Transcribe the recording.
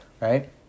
right